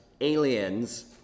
aliens